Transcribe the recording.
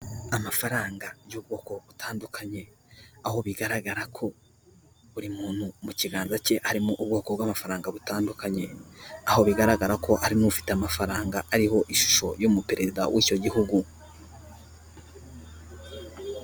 Amafaranga y'ubwoko butandukanye. Aho bigaragara ko buri muntu mu kiganza cye harimo ubwoko bw'amafaranga butandukanye. Aho bigaragara ko harimo ufite amafaranga ariho ishusho y'umuperezida w'icyo gihugu.